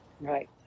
right